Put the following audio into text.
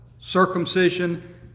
circumcision